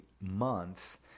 month